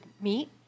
meat